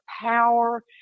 power